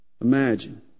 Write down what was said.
Imagine